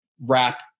wrap